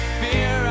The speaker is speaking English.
fear